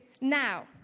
now